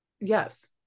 yes